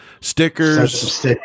Stickers